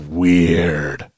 weird